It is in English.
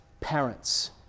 parents